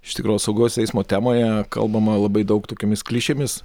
iš tikro saugaus eismo temoje kalbama labai daug tokiomis klišėmis